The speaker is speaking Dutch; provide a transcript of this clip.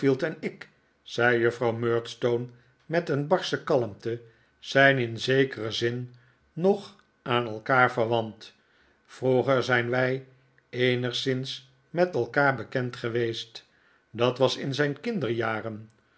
ik zei juffrouw murdstone met barsche kalmte zijn in zekeren zin nog aan elkaar verwant vroeger zijn wij eenigszins met elkaar bekend geweest dat was in zijn kinderjaren